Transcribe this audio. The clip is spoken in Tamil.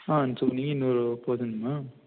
ஆ சொல்லுங்க நீ இன்னொரு பேர்சனும்மா